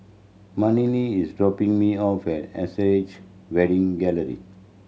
is dropping me off at Wedding Gallery